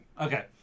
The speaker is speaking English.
Okay